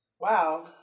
Wow